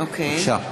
בבקשה.